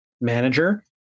manager